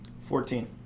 Fourteen